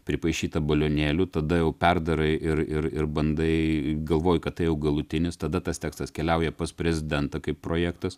pripaišytą balionėlių tada jau perdarai ir ir ir bandai galvoji kad tai jau galutinis tada tas tekstas keliauja pas prezidentą kaip projektas